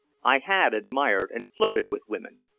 i had admired and flirted with women.